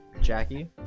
Jackie